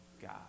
God